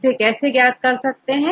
इसे कैसे ज्ञात करते हैं